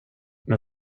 men